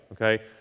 Okay